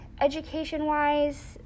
education-wise